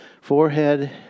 forehead